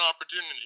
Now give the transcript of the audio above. opportunity